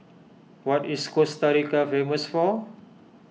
what is Costa Rica famous for